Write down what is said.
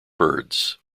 birds